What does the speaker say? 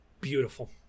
beautiful